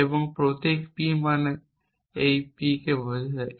একটি প্রতীক p মানে এই p কে বোঝায়